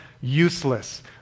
useless